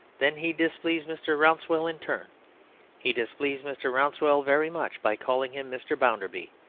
then he displeased mr. rouncewell in turn he displeased mr. rouncewell very much by calling him mr. bounderby.